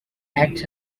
acts